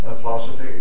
philosophy